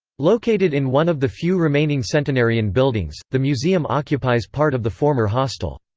located in one of the few remaining centenarian buildings, the museum occupies part of the former hostel.